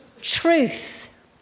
truth